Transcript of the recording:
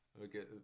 Okay